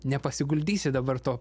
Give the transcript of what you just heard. nepasiguldysi dabar to